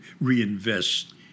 reinvest